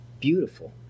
beautiful